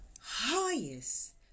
highest